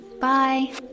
bye